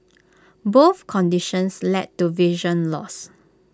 both conditions led to vision loss